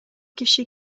киши